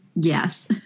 Yes